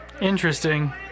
Interesting